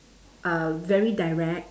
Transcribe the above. uh very direct